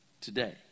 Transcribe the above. today